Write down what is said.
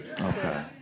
Okay